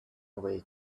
away